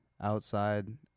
outside